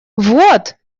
вот